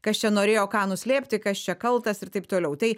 kas čia norėjo ką nuslėpti kas čia kaltas ir taip toliau tai